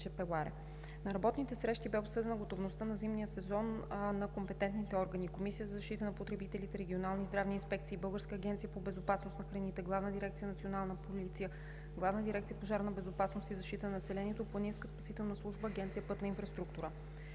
На работните срещи бе обсъдена готовността на зимния сезон, на компетентните органи – Комисия за защита на потребители, регионални здравни инспекции, Българска агенция по безопасност на храните, Главна дирекция „Национална полиция“, Главна дирекция „Пожарна безопасност и защита на населението“, „Планинска спасителна служба“, Агенция „Пътна инфраструктура“.